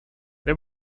they